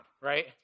right